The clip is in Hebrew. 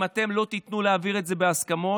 אם אתם לא תיתנו להעביר את זה בהסכמות,